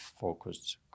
focused